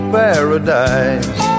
paradise